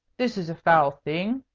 this is a foul thing!